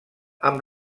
amb